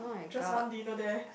just one dinner there